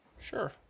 sure